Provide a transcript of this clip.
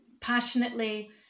passionately